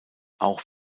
auch